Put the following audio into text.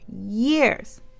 years